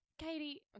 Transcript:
Katie